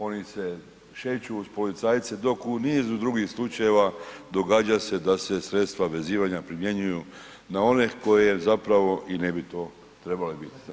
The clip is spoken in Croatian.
Oni se šeću uz policajce dok u nizu dugih slučajeva događa se da se sredstva primjenjuju na one koje zapravo i ne bi to trebale biti.